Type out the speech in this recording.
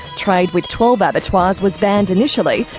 trade with twelve ah abattoirs was banned initially,